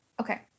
Okay